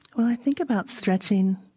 well, i think about stretching